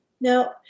Now